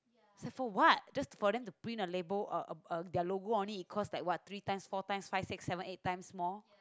is for what just for them to print a label a a a their logo only it costs like what three times four times five six seven eight times more